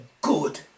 good